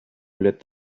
let